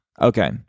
okay